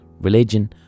religion